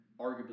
arguably